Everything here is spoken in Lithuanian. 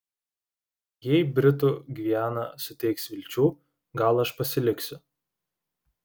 jei britų gviana suteiks vilčių gal aš pasiliksiu